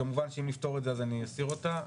כמובן שאם נפתור את זה אני אסיר אותה.